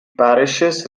parishes